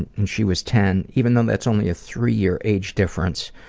and and she was ten, even though that's only a three year age difference,